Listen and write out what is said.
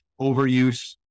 overuse